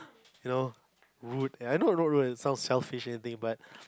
you know rude and I know not rude it sounds selfish everything but